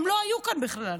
הם לא היו כאן בכלל.